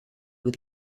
with